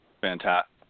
Fantastic